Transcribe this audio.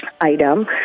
item